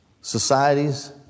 Societies